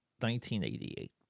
1988